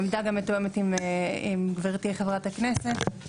העמדה גם מתואמת עם גברתי חברת הכנסת.